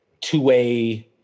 two-way